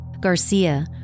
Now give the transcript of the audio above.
Garcia